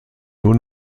nur